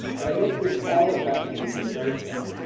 and i don't think all of black feminism does that.